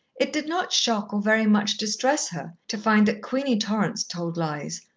it did not shock or very much distress her, to find that queenie torrance told lies,